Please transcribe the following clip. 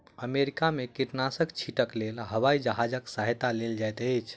America में कीटनाशक छीटक लेल हवाई जहाजक सहायता लेल जाइत अछि